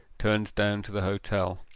turned down to the hotel.